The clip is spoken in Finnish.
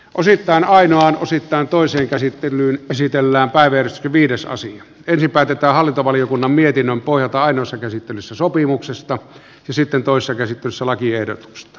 osittain ainoan osittain toiseen käsittelyyn esitellä arve viidesosa ensin päätetään hallintovaliokunnan mietinnön pohjalta ainoassa käsittelyssä sopimuksesta ja sitten toisessa käsittelyssä lakiehdotuksesta